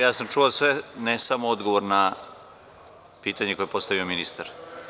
Ja sam čuo sve, samo ne odgovor na pitanje koje je postavio ministar.